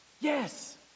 Yes